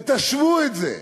ותשוו את זה,